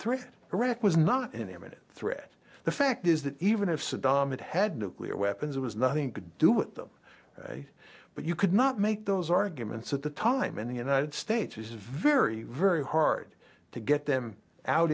threat iraq was not an imminent threat the fact is that even if saddam had had nuclear weapons it was nothing to do with them but you could not make those arguments at the time and the united states is very very hard to get them out